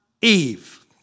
Eve